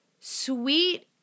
sweet